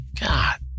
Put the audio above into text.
God